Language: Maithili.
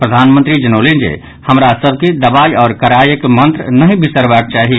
प्रधानमंत्री जनौलनि जे हमरा सभ के दबाई आओर कड़ाईक मंत्र नहि विसरबाक चाही